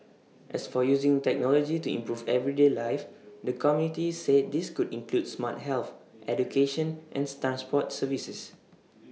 as for using technology to improve everyday life the committee said this could include smart health education and Stan Sport services